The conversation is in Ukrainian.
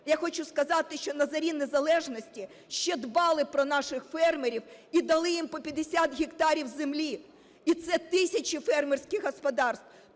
Я хочу сказати, що на зорі незалежності ще дбали про наших фермерів і дали їм по 50 гектарів землі, і це тисячі фермерських господарств.